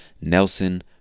Nelson